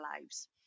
lives